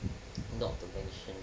not to mention